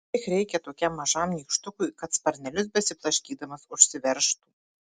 kiek reikia tokiam mažam nykštukui kad sparnelius besiblaškydamas užsiveržtų